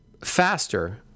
faster